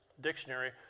dictionary